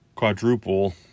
quadruple